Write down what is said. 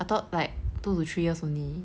I thought like two to three years only